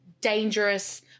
dangerous